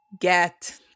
get